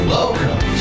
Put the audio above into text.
Welcome